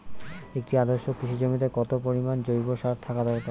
একটি আদর্শ কৃষি জমিতে কত পরিমাণ জৈব সার থাকা দরকার?